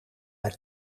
hij